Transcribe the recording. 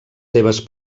seves